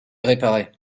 réparée